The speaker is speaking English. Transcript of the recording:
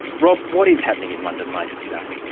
rob, what is happening in london later today?